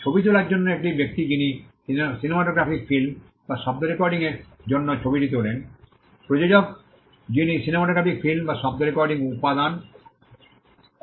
ছবি তোলার জন্য এটি সেই ব্যক্তি যিনি সিনেমাটোগ্রাফ ফিল্ম বা শব্দ রেকর্ডিংয়ের জন্য ছবিটি তোলেন প্রযোজক যিনি সিনেমাটোগ্রাফ ফিল্ম বা শব্দ রেকর্ডিং উত্পাদন করেন